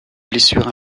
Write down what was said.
blessures